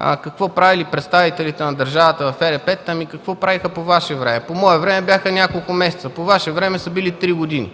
Какво правили представителите на държавата в ЕРП-тата? Ами, какво правеха по Ваше време? По мое време бяха няколко месеца. По Ваше време са били 3 години.